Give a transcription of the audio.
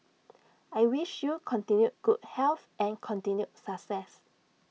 I wish you continued good health and continued success